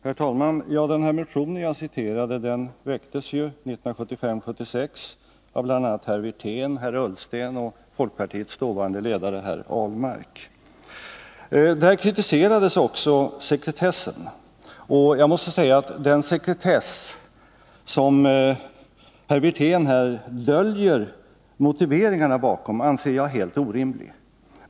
Herr talman! Den motion som jag citerade väcktes 1975/76 av bl.a. herrar Wirtén och Ullsten och folkpartiets dåvarande ledare herr Ahlmark. Där kritiserades också sekretessen, och jag måste säga att jag anser att den sekretess som herr Wirtén här döljer sina motiveringar bakom är helt orimlig.